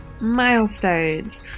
milestones